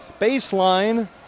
Baseline